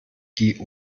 die